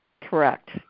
Correct